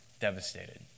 devastated